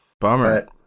Bummer